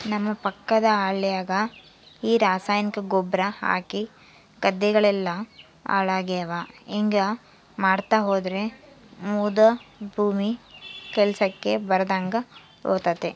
ನಮ್ಮ ಪಕ್ಕದ ಹಳ್ಯಾಗ ಈ ರಾಸಾಯನಿಕ ಗೊಬ್ರ ಹಾಕಿ ಗದ್ದೆಗಳೆಲ್ಲ ಹಾಳಾಗ್ಯಾವ ಹಿಂಗಾ ಮಾಡ್ತಾ ಹೋದ್ರ ಮುದಾ ಭೂಮಿ ಕೆಲ್ಸಕ್ ಬರದಂಗ ಹೋತತೆ